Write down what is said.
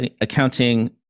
accounting